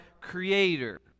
creator